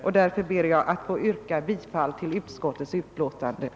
Jag ber därför att få yrka bifall till utskottets hemställan.